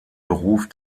beruf